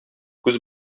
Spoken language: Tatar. күз